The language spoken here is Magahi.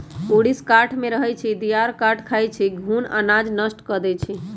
ऊरीस काठमे रहै छइ, दियार काठ खाई छइ, घुन अनाज नष्ट कऽ देइ छइ